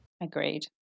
Agreed